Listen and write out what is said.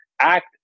act